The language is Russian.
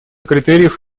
критериев